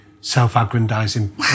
self-aggrandizing